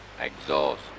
exhaust